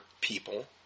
people